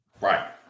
right